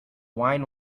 wine